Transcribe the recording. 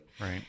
Right